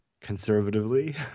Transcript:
conservatively